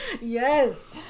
Yes